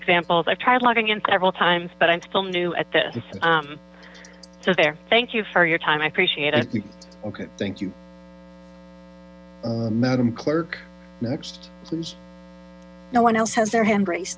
examples i've tried logging in several times but i'm still new at this so there thank you for your time i appreciate it thank you madam clerk no one else has their hand ra